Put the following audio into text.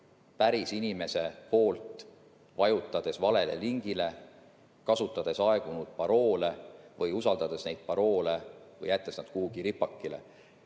päris inimese poolt, vajutades valele lingile, kasutades aegunud paroole, usaldades neid paroole või jättes nad kuhugi ripakile.